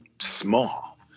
small